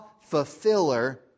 fulfiller